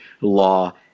law